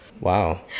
Wow